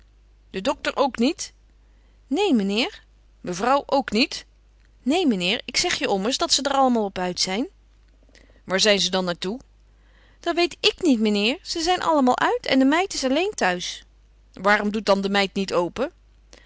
de dokter ook niet neen menheer mevrouw ook niet neen menheer ik zeg je ommers dat ze der allemaal op uit zijn waar zijn ze dan naar toe dat weet ik niet menheer ze zijn allemaal uit en de meid is alleen thuis waarom doet dan de meid niet open